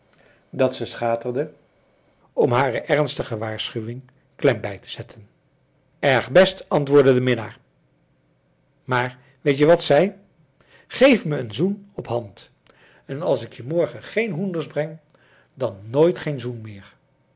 dat ze schaterde om aan hare ernstige waarschuwing klem bij te zetten erg best antwoordde de minnaar maar weet je wat sij geef me een zoen op hand en als ik je morgen geen hoenders breng dan nooit geen zoen meer